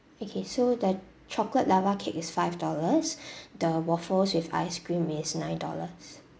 okay so the chocolate lava cake is five dollars the waffles with ice cream is nine dollars